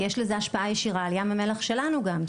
יש לזה השפעה ישירה עם ים המלח שלנו גם,